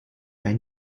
bei